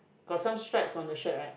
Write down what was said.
got some stripes on the shirt right